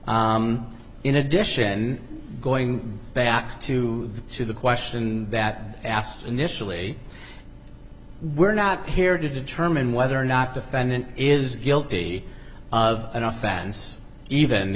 analysis in addition going back to the to the question that asked initially we're not here to determine whether or not defendant is guilty of an offense even the